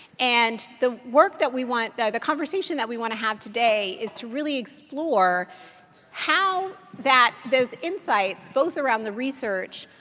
and the work that we want, the conversation that we want to have today is to really explore how that, those insights, goes around the research,